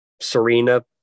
Serena